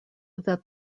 that